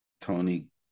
Tony